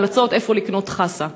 כולל את ההמלצות איפה לקנות חסה.